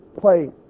play